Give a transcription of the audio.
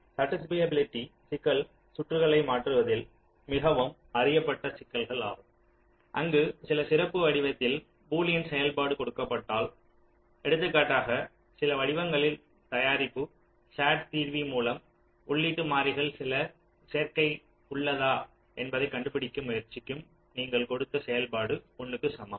satisfiability சிக்கல் சுற்றுகளை மாற்றுவதில் மிகவும் அறியப்பட்ட சிக்கல்கள் ஆகும் அங்கு சில சிறப்பு வடிவத்தில் பூலியன் செயல்பாடு கொடுக்கப்பட்டால் எடுத்துக்காட்டாக சில வடிவங்களின் தயாரிப்பு SAT தீர்வி மூலம் உள்ளீட்டு மாறிகள் சில சேர்க்கை உள்ளதா என்பதைக் கண்டுபிடிக்க முயற்சிக்கும் நீங்கள் கொடுத்த செயல்பாடு 1 க்கு சமம்